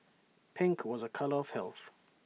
pink was A colour of health